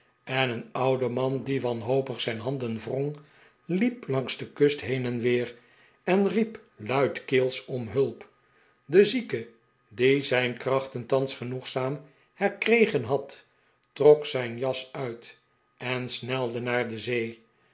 en een oude man die wanhopig zijn handen wrong liep langs de kust heen en weer en riep luidkeels om hulp de zieke die zijn krachten thans genoegzaam herkregen had trok zijn jas uit en snelde naar de zee